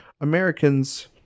Americans